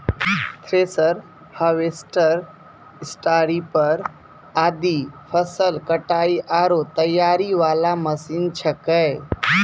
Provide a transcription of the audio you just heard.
thresher, harvester, स्टारीपर आदि फसल कटाई आरो तैयारी वाला मशीन छेकै